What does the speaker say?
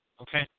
Okay